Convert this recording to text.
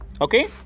okay